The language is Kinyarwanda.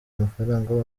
amafaranga